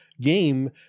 game